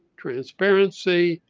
transparency,